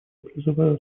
призываю